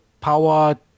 power